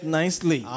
nicely